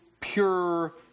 pure